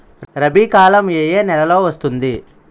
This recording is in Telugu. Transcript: రబీ కాలం ఏ ఏ నెలలో వస్తుంది?